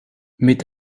mit